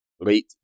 late